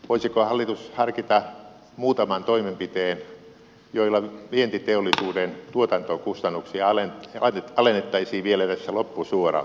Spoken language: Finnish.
voisiko hallitus harkita muutamaa toimenpidettä joilla vientiteollisuuden tuotantokustannuksia alennettaisiin vielä tässä loppusuoralla